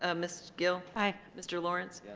ah miss gill hi mr. lawrence,